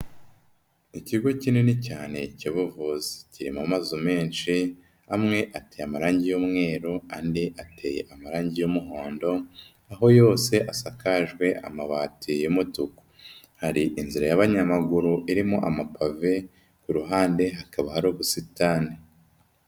Ikigo kinini cyane cy'ubuvuzi. Kirimo amazu menshi, amwe ateye amarangi y'umweru andi ateye amarangi y'umuhondo, aho yose asakajwe amabati y'umutuku. Hari inzira y'abanyamaguru irimo amapave, ku ruhande hakaba hari ubusitani.